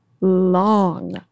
long